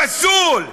פסול.